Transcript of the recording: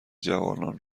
جوانان